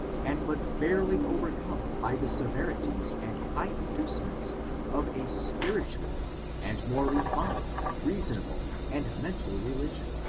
and but barely overcome by the severities and high inducements of a spiritual and more refined, reason able, and mental religion,